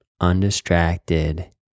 undistracted